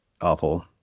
awful